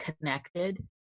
connected